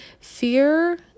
Fear